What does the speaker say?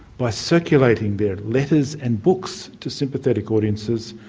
by circulating their letters and books to sympathetic audiences,